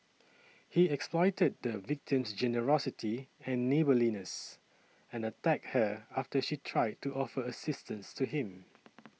he exploited the victim's generosity and neighbourliness and attacked her after she tried to offer assistance to him